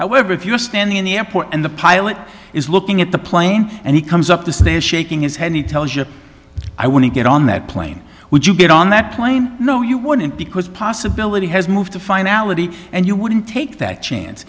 however if you're standing in the airport and the pilot is looking at the plane and he comes up the stairs shaking his head he tells you i want to get on that plane would you get on that plane no you wouldn't because possibility has moved to finality and you wouldn't take that chance